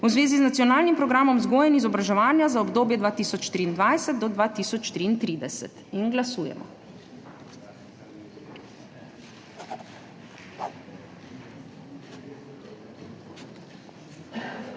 v zvezi z nacionalnim programom vzgoje in izobraževanja za obdobje 2023–2033. Glasujemo.